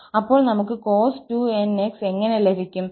അപ്പോൾ നമുക്ക് cos2𝑛𝑥 എങ്ങനെ ലഭിക്കും